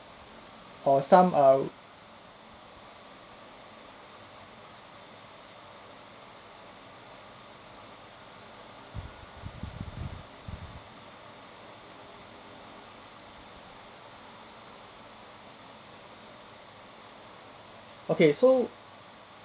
or some I w~ okay so